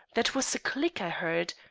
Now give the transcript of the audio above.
that was a click i heard.